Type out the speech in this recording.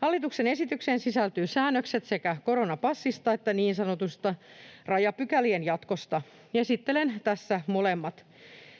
Hallituksen esitykseen sisältyvät säännökset sekä koronapassista että niin sanottujen rajapykälien jatkosta, ja esittelen tässä molemmat.